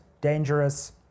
dangerous